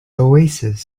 oasis